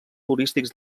florístics